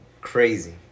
crazy